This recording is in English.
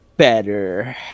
better